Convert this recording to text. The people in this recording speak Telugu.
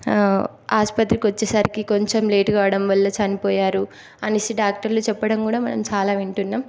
ఆసుపత్రికి వచ్చేసరికి కొంచెం లేటు కావడం వల్ల చనిపోయారు అనేసి డాక్టర్లు చెప్పడం కూడా మనం చాలా వింటున్నాం